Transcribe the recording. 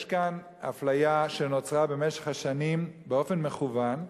יש כאן אפליה שנוצרה במשך השנים באופן מכוון.